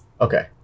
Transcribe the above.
Okay